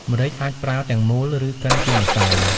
ម្រេចអាចប្រើទាំងមូល ឬកិនជាម្សៅ។